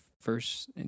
first